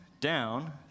down